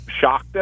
shocked